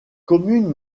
communes